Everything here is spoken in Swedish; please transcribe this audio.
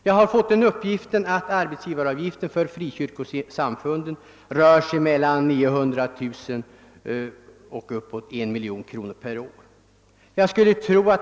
Jag har fått uppgiften att arbetsgivar avgiften för frikyrkosamfunden rör sig mellan 900 000 och 1 miljon kronor per år.